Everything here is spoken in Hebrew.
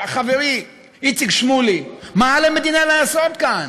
חברי איציק שמולי: מה על המדינה לעשות כאן?